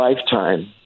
lifetime